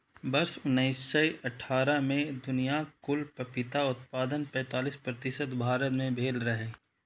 वर्ष उन्नैस सय अट्ठारह मे दुनियाक कुल पपीता उत्पादनक पैंतालीस प्रतिशत भारत मे भेल रहै